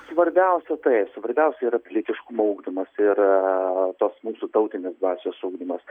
svarbiausia taip svarbiausia yra pilietiškumo ugdymas ir tos mūsų tautinės dvasios ugdymas